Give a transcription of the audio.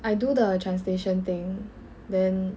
I do the translation thing then